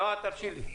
נועה, מיצינו.